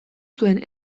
zuen